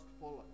follow